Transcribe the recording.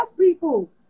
people